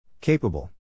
Capable